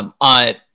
awesome